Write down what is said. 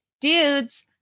dudes